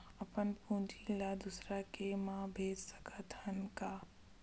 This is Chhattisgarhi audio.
अपन पूंजी ला दुसर के मा भेज सकत हन का?